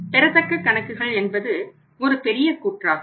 பெறத்தக்க கணக்குகள் என்பது ஒரு பெரிய கூற்றாகும்